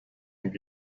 gmbh